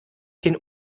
hin